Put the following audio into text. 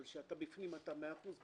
אבל כשאתה בפנים אתה מאה אחוז בסטטיסטיקה,